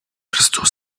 версту